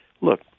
Look